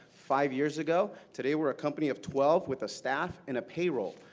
five years ago. today we're a company of twelve with a staff and a payroll.